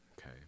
okay